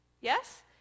Yes